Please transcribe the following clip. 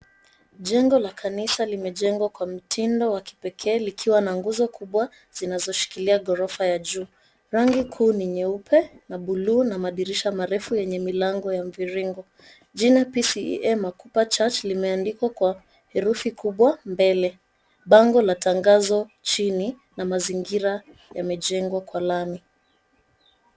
Jengo la kanisa limejengwa kwa mtindo wa kipekee likiwa na nguzo kubwa zinazoshikilia gorofa ya juu. Rangi kuu ni nyeupe na buluu na madirisha marefu yenye milango ya mviringo. Jina PCEA Makupa church limeandikwa kwa herufi kubwa mbele. Bango la tangazo chini na mazingira yamejengwa kwa lami.